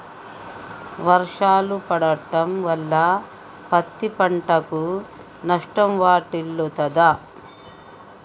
వర్షాలు పడటం వల్ల పత్తి పంటకు నష్టం వాటిల్లుతదా?